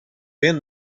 been